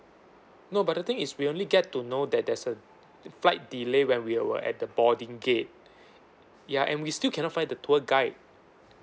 no but the thing is we only get to know that there's a flight delay when we were at the boarding gate ya and we still cannot find the tour guide